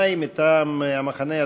יעקב מרגי,